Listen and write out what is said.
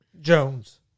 Jones